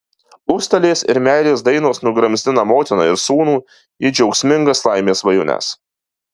užstalės ir meilės dainos nugramzdina motiną ir sūnų į džiaugsmingas laimės svajones